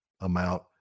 amount